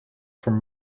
from